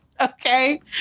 Okay